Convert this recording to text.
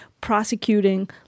prosecuting